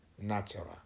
natural